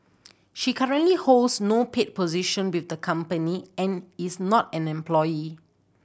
she currently holds no paid position with the company and is not an employee